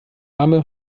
arme